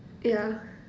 yeah